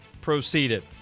proceeded